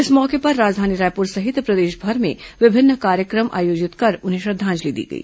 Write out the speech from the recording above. इस मौके पर राजधानी रायपुर सहित प्रदेशभर में विभिन्न कार्यक्रम आयोजित कर उन्हें श्रद्धांजलि दी गई